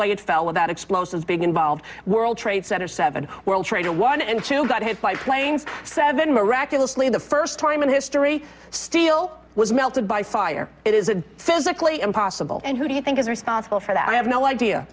way it fell about explosives being involved world trade center seven world trade and one and two got hit by planes seven miraculously the first time in history steel was melted by fire it is a physically impossible and who do you think is responsible for that i have no idea